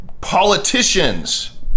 politicians